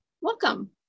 Welcome